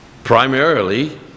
Primarily